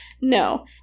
No